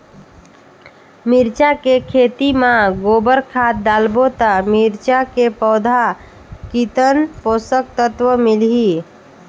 मिरचा के खेती मां गोबर खाद डालबो ता मिरचा के पौधा कितन पोषक तत्व मिलही?